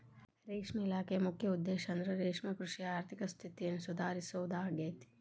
ರೇಷ್ಮೆ ಇಲಾಖೆಯ ಮುಖ್ಯ ಉದ್ದೇಶಂದ್ರ ರೇಷ್ಮೆಕೃಷಿಯ ಆರ್ಥಿಕ ಸ್ಥಿತಿನ ಸುಧಾರಿಸೋದಾಗೇತಿ